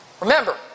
Remember